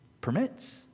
permits